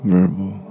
Verbal